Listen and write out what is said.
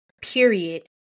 period